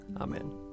Amen